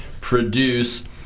produce